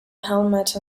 helmet